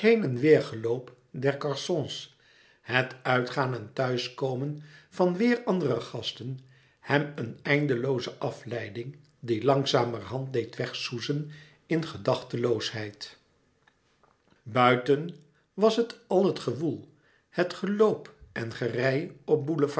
heen en weèr geloop der garçons het uitgaan en thuiskomen van weêr andere gasten hem een eindelooze afleiding die langzamerhand deed wegsoezen in gedachteloosheid buiten was het al het gewoel het geloop en gerij op